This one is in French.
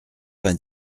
vingt